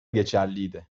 geçerliydi